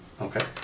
Okay